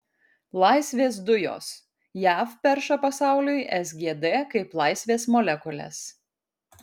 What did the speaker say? laisvės dujos jav perša pasauliui sgd kaip laisvės molekules